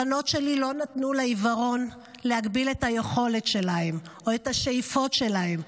הבנות שלי לא נתנו לעיוורון להגביל את היכולות שלהן או את השאיפות שלהן,